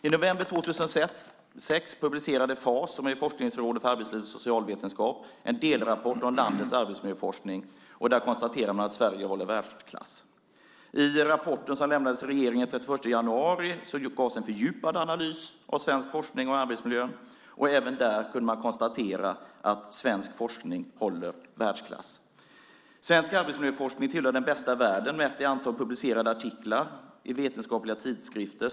I november 2006 publicerade FAS, Forskningsrådet för arbetsliv och socialvetenskap, en delrapport om landets arbetsmiljöforskning. Där konstaterar man att Sverige håller världsklass. I rapporten som lämnades till regeringen den 31 januari gavs en fördjupad analys av svensk forskning om arbetsmiljön. Även där kunde man konstatera att svensk forskning håller världsklass. Svensk arbetsmiljöforskning hör till den bästa i världen mätt i antal publicerade artiklar i vetenskapliga tidskrifter.